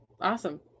Awesome